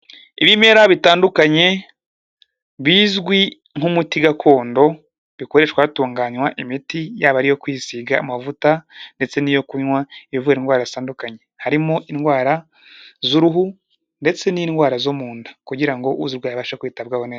Ibimera bitandukanye bizwi nk'umuti gakondo, bikoreshwa hatunganywa imiti yaba iyo kwisiga amavuta ndetse n'iyo kunywa ivura indwara zitandukanye. Harimo indwara z'uruhu ndetse n'indwara zo mu nda, kugira ngo uzirwaye abashe kwitabwaho neza.